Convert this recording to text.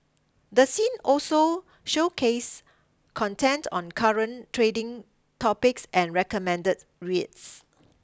the seen also showcase content on current trading topics and recommended reads